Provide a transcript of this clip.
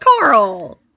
Carl